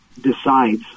decides